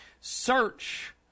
Search